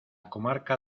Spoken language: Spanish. comarca